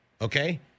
Okay